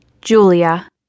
Julia